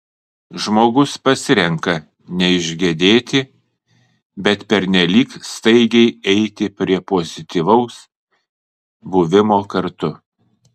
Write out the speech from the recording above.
žmogus pasirenka neišgedėti bet pernelyg staigiai eiti prie pozityvaus buvimo kartu